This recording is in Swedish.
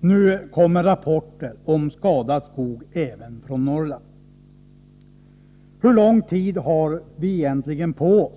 Nu kommer rapporter om skadad skog även från Norrland. Hur lång tid har vi då på oss?